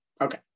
okay